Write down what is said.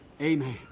amen